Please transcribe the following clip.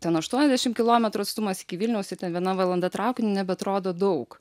ten aštuoniasdešim kilometrų atstumas iki vilniaus ir ten viena valanda traukiniu nebeatrodo daug